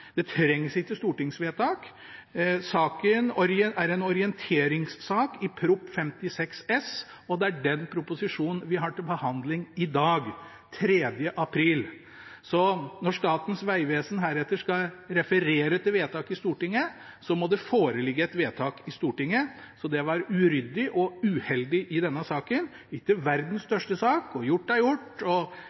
Det trengs ikke stortingsvedtak. Saken er en orienteringssak i Prop. 56 S for 2016–2017, og det er den proposisjonen vi har til behandling i dag, 3. april. Når Statens vegvesen heretter skal referere til vedtak i Stortinget, må det foreligge et vedtak i Stortinget. Det var uryddig og uheldig i denne saken – ikke verdens største sak, gjort er gjort,